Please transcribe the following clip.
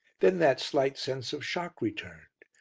then that slight sense of shock returned,